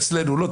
אצלנו לא,